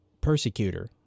persecutor